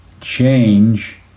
change